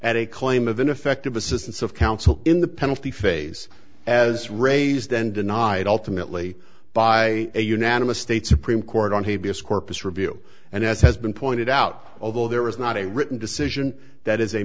a claim of ineffective assistance of counsel in the penalty phase as raised then denied ultimately by a unanimous state supreme court on habeas corpus review and as has been pointed out although there is not a written decision that is a